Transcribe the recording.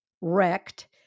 wrecked